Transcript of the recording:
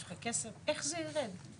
אם אין שוטרים אז איך זה ירד?